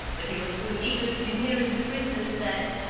but he was so eager to be nearer the princess that,